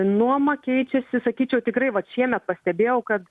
nuoma keičiasi sakyčiau tikrai vat šiemet pastebėjau kad